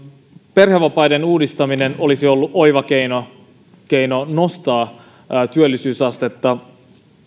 perhevapaiden uudistaminen olisi ollut oiva keino keino nostaa työllisyysastetta